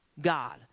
God